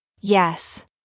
Yes